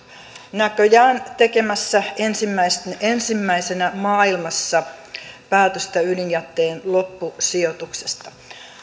näköjään tekemässä ensimmäisenä ensimmäisenä maailmassa päätöstä ydinjätteen loppusijoituksesta